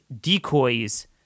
decoys